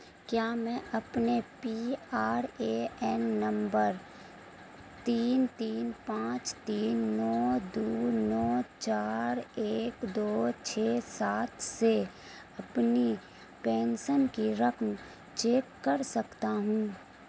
کیا میں اپنے پی آر اے این نمبر تین تین پانچ تین نو دو نو چار ایک دو چھ سات سے اپنی پینشن کی رقم چیک کر سکتا ہوں